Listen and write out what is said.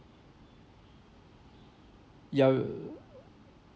ya err